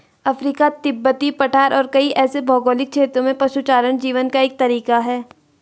Africa, तिब्बती पठार और कई ऐसे भौगोलिक क्षेत्रों में पशुचारण जीवन का एक तरीका है